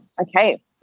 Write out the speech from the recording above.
okay